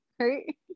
right